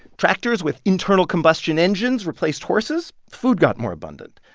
tractors with internal combustion engines replaced horses. food got more abundant.